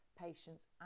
patients